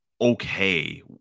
okay